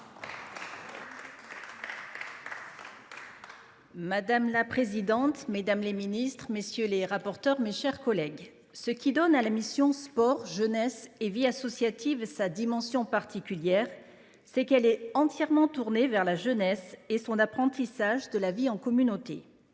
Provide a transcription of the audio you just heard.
Madame la présidente, mesdames les ministres, mes chers collègues, ce qui donne à la mission « Sport, jeunesse et vie associative » sa dimension particulière, c’est qu’elle est entièrement tournée vers la jeunesse et son apprentissage de la vie en communauté.